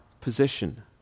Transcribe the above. position